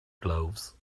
gloves